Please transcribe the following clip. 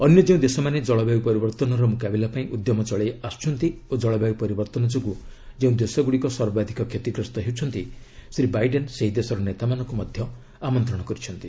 ଅନ୍ୟ ଯେଉଁ ଦେଶମାନେ ଜଳବାୟୁ ପରିବର୍ତ୍ତନର ମୁକାବିଲା ପାଇଁ ଉଦ୍ୟମ ଚଳାଇ ଆସୁଛନ୍ତି ଓ କଳବାୟୁ ପରିବର୍ତ୍ତନ ଯୋଗୁଁ ଯେଉଁ ଦେଶଗୁଡ଼ିକ ସର୍ବାଧିକ କ୍ଷତି ଗ୍ରସ୍ତ ହେଉଛନ୍ତି ଶ୍ରୀ ବାଇଡେନ୍ ସେହି ଦେଶର ନେତାମାନଙ୍କୁ ମଧ୍ୟ ଆମନ୍ତ୍ରଣ କରିଛନ୍ତି